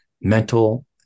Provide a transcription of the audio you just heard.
mental